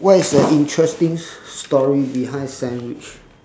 what is the interesting story behind sandwich